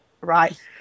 Right